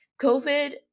COVID